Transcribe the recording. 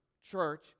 church